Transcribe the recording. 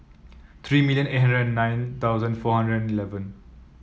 three million eight hundred nine thousand four hundred eleven